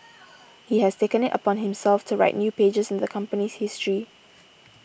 he has taken it upon himself to write new pages in the company's history